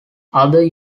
others